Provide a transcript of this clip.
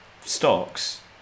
stocks